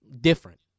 different